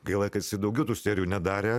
gaila kad jisai daugiau tų serijų nedarė